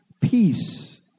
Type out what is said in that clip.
peace